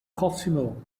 cosimo